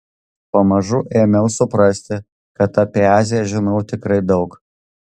pamažu ėmiau suprasti kad apie aziją žinau tikrai daug